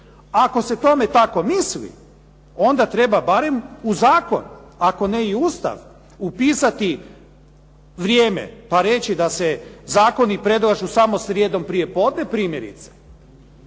Ako se tome tako misli, onda treba barem u zakon ako ne i u Ustav upisati vrijeme pa reći da se zakoni predlažu samo srijedom prije podne, primjerice